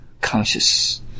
conscious